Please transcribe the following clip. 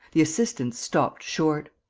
the assistants stopped short.